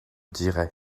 diray